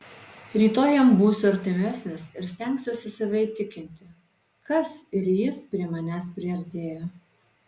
rytoj jam būsiu artimesnis ir stengsiuosi save įtikinti kas ir jis prie manęs priartėjo